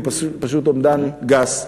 הוא פשוט אומדן גס,